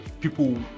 people